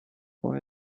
boy